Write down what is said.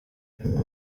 niyo